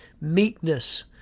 Meekness